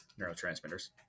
neurotransmitters